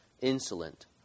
insolent